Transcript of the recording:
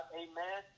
amen